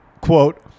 quote